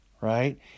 right